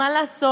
מה לעשות?